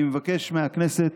אני מבקש מהכנסת